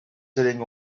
sitting